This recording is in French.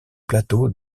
plateaux